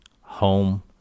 home